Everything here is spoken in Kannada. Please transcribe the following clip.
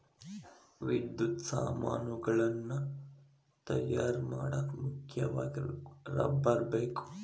ವಿದ್ಯುತ್ ಸಾಮಾನುಗಳನ್ನ ತಯಾರ ಮಾಡಾಕ ಮುಖ್ಯವಾಗಿ ರಬ್ಬರ ಬೇಕ